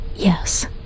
Yes